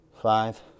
five